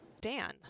Dan